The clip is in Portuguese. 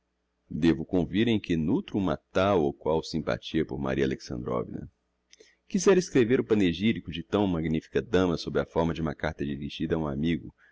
devo convir em que nutro uma tal ou qual sympathia por maria alexandrovna quizera escrever o panegyrico de tão magnifica dama sob a forma de uma carta dirigida a um amigo